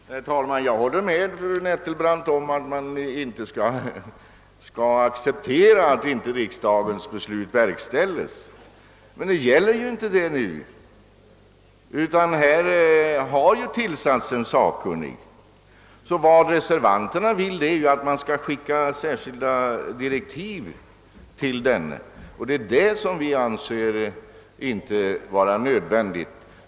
Herr talman! Jag håller med fru Nettelbrandt om att vi inte skall acceptera att riksdagens beslut inte verkställes, men den saken gäller det inte nu. Här har det tillsatts en sakkunnig. Reservanterna vill att denne utredningsman skall få särskilda direktiv, och det anser vi vara onödigt.